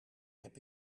heb